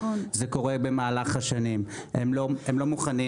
זה קורה במהלך השנים, הם לא מוכנים